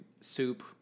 soup